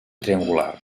triangular